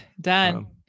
done